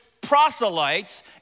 proselytes